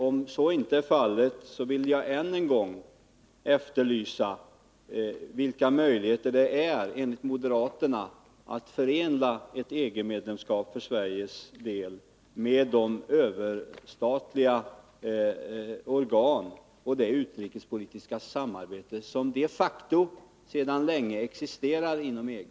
Om så inte är fallet, vill jag än en gång efterlysa vilka möjligheter som enligt moderaterna finns för att förena ett EG-medlemskap för Sveriges del med verksamheten inom de överstatliga organen och det utrikespolitiska samarbete som de facto sedan länge existerar inom EG.